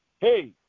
Hey